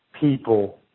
people